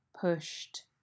pushed